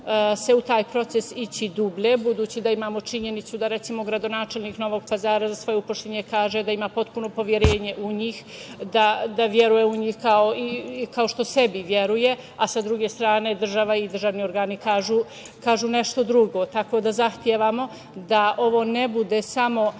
u taj proces ući dublje, budući da imamo činjenicu da, recimo, gradonačelnik Novog Pazara za svoje zaposlene kaže da ima puno poverenje u njih, da veruje u njih kao što sebi veruje, a sa druge strane država i državni organi kažu nešto drugo, tako da zahtevamo da ovo ne bude samo